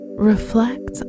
Reflect